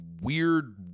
weird